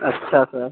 अच्छा सर